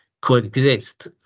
coexist